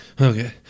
Okay